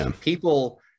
people